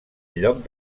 lloc